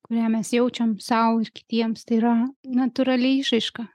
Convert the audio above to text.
kurią mes jaučiam sau ir kitiems tai yra natūrali išraiška